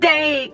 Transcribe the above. Day